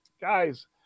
guys